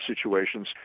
situations